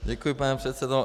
Děkuji, pane předsedo.